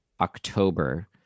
October